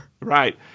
Right